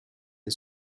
est